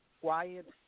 quiet